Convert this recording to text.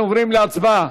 אנחנו עוברים להצבעה.